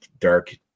dark